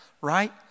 right